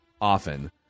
often